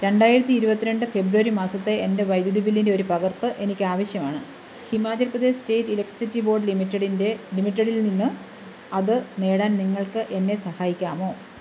രണ്ടായിരത്തി ഇരുപത്തി രണ്ട് ഫെബ്രുവരി മാസത്തെ എൻ്റെ വൈദ്യുതി ബില്ലിൻ്റെ ഒരു പകർപ്പ് എനിക്ക് ആവശ്യമാണ് Himachal Pradesh state electricity board ലിമിറ്റഡിൻ്റെ ലിമിറ്റഡിൽ നിന്ന് അത് നേടാൻ നിങ്ങൾക്ക് എന്നെ സഹായിക്കാമോ